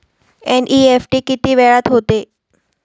NEFT किती वेळात होते?